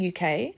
UK